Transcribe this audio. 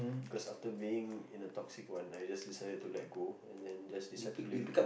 cause after being in a toxic one I just decided to let go and then just decide to leave